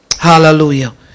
Hallelujah